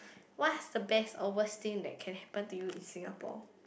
what's the best or worst thing that can happen to you in Singapore